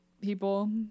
people